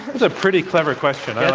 was a pretty clever question.